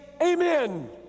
Amen